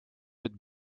mit